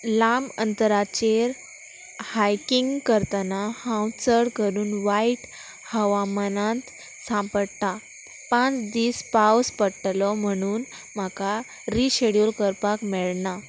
लांब अंतराचेर हायकींग करतना हांव चड करून वायट हवामानांत सांपडटा पांच दीस पावस पडटलो म्हणून म्हाका रिशेड्यूल करपाक मेळना